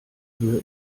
höhe